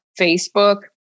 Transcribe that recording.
Facebook